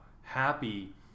happy